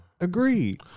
Agreed